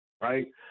right